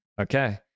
Okay